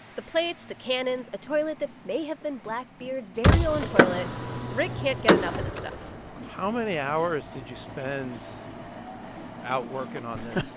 the plates, the cannons, a toilet that may have been blackbeard's very own toilet rick can't get enough of this stuff how many hours did you spend out working on this?